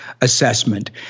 assessment